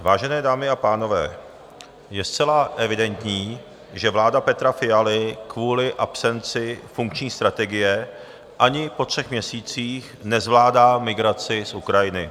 Vážené dámy a pánové, je zcela evidentní, že vláda Petra Fialy kvůli absenci funkční strategie ani po třech měsících nezvládá migraci z Ukrajiny.